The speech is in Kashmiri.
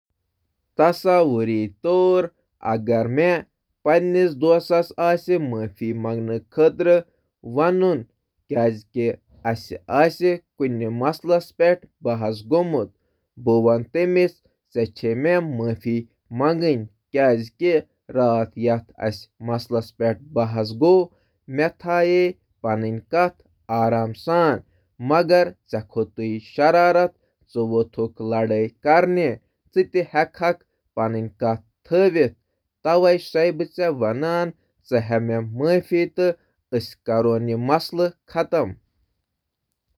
تصور کٔرِو، اگر بہٕ پننِس دوستس معٲفی منٛگنہٕ خٲطرٕ ونان۔ تۄہہِ یہِ راتھ کوٚر، تۄہہِ چُھو بدتمیزی سان بَحَژ کٔرمٕژ۔ مےٚ اوس عام پٲٹھۍ پننہِ دٔلیٖلہِ ہُنٛد اظہار کرنہٕ یِو مگر تۄہہِ کوٚر مےٚ سۭتۍ بدتمیزی سۭتۍ بدسلوکی ۔ اگر أسۍ یہِ موضوع ختم کرُن یژھان چھِو، تیٚلہِ کٔرِو مےٚ معٲفی۔